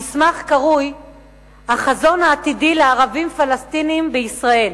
המסמך הקרוי "החזון העתידי לערבים פלסטינים בישראל",